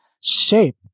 shape